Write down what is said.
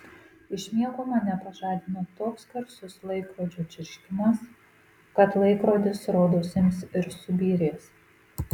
iš miego mane pažadina toks garsus laikrodžio čirškimas kad laikrodis rodos ims ir subyrės